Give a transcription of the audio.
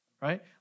right